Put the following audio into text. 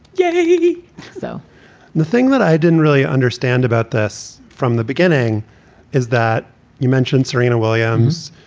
yeah yeah so the thing that i didn't really understand about this from the beginning is that you mentioned serena williams.